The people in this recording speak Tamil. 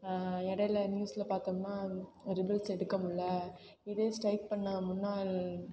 இடையில நியூஸில் பார்த்தோம்னா ரிவர்ஸ் எடுக்க முடியலை இதே ஸ்ட்ரைக் பண்ண முன்னால்